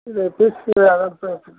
இது டிசி அதை எப்போ எடுத்துட்டு